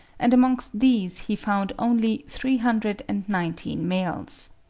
and amongst these he found only three hundred and nineteen males.